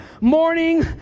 morning